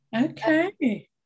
okay